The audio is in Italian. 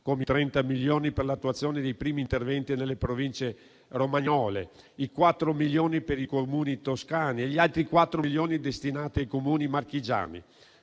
come i 30 milioni per l'attuazione dei primi interventi nelle Province romagnole, i quattro milioni per i Comuni toscani e gli altri quattro milioni destinati ai Comuni marchigiani.